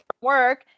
work